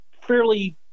fairly